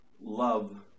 love